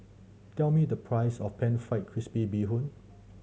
tell me the price of Pan Fried Crispy Bee Hoon